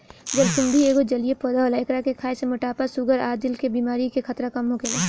जलकुम्भी एगो जलीय पौधा होला एकरा के खाए से मोटापा, शुगर आ दिल के बेमारी के खतरा कम होखेला